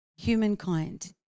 humankind